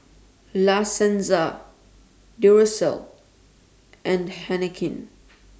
La Senza Duracell and Heinekein